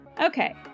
Okay